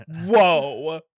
whoa